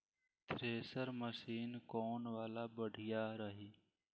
Thresher machine कौन वाला बढ़िया रही?